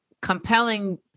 compelling